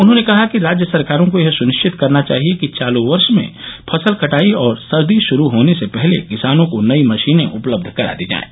उन्होंने कहा कि राज्य सरकारों को यह सुनिश्चित करना चाहिए कि चालू वर्ष में फसल कटाई और सर्दी शुरू होने से पहले किसानों को नई मशीनें उपलब्ध करा दी जायें